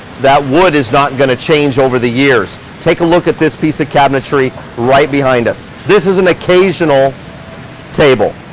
that wood is not gonna change over the years. take a look at this piece of cabinetry right behind us. this is an occasional table.